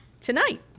Tonight